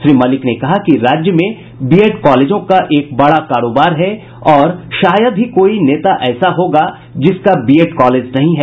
श्री मलिक ने कहा कि राज्य में बीएड् कॉलेजों का एक बड़ा कारोबार है और शायद ही कोई ऐसा नेता होगा जिसका बीएड़ कॉलेज नहीं है